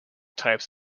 types